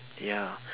ya